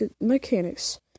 mechanics